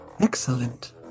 excellent